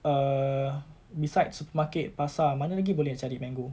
err besides supermarket pasar mana lagi boleh nak cari mango